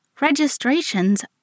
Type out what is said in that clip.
Registrations